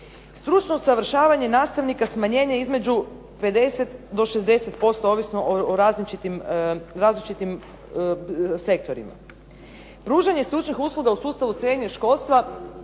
Stručno usavršavanje nastavnika smanjenje između 50 do 60% ovisno o različitim sektorima. Pružanje stručnih usluga u sustavu srednjeg školstva